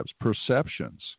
perceptions